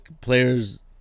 players